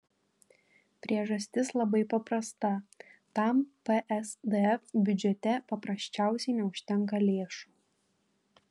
priežastis labai paprasta tam psdf biudžete paprasčiausiai neužtenka lėšų